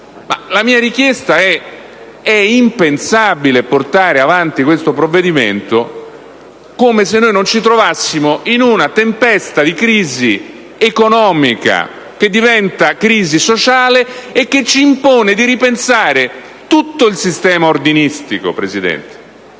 convinzione: è impensabile portare avanti questo provvedimento come se non ci trovassimo in una tempesta di crisi economica, che diventa crisi sociale e che ci impone di ripensare tutto il sistema ordinistico, e non